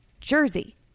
Jersey